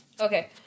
Okay